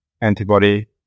antibody